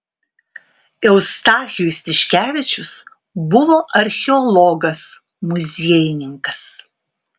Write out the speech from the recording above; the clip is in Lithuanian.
eustachijus tiškevičius buvo archeologas muziejininkas